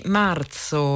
marzo